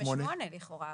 בגיל 68 לכאורה.